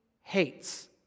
hates